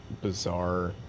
bizarre